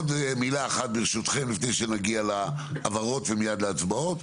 עוד מילה אחת ברשותכם לפני שנגיע להבהרות ומיד להצבעות,